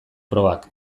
probak